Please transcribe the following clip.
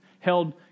held